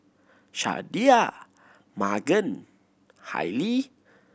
Shardae Magan Hailee